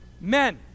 Men